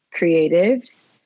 creatives